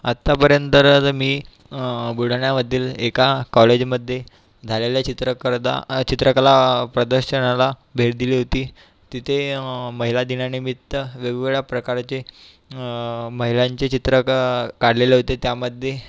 आतापर्यंत तर मी बुलढाण्यामधील एका कॉलेजमध्ये झालेल्या चित्र करदा चित्रकला प्रदर्शनाला भेट दिली होती तिथे महिला दिनानिमित्त वेगवेगळ्या प्रकारचे महिलांचे चित्र क काढलेले होते त्यामध्ये